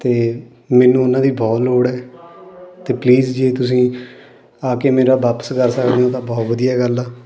ਅਤੇ ਮੈਨੂੰ ਉਨ੍ਹਾਂ ਦੀ ਬਹੁਤ ਲੋੜ ਹੈ ਅਤੇ ਪਲੀਜ਼ ਜੇ ਤੁਸੀਂ ਆ ਕੇ ਮੇਰਾ ਵਾਪਸ ਕਰ ਸਕਦੇ ਹੋ ਤਾਂ ਬਹੁਤ ਵਧੀਆ ਗੱਲ ਆ